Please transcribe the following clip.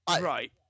Right